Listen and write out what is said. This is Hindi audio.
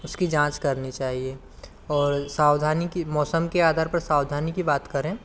उसकी जांच करनी चाहिए और सावधानी की मौसम के आदार पर सावधानी की बात करें